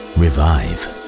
revive